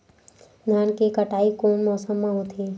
धान के कटाई कोन मौसम मा होथे?